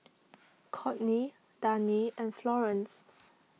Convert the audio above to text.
Courtney Dani and Florene's